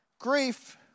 grief